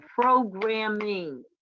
programming